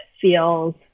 feels